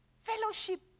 fellowship